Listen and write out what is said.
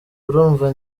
urumva